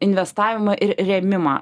investavimą ir rėmimą